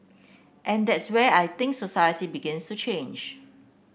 and that's where I think society begins to change